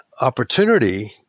opportunity